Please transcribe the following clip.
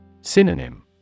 Synonym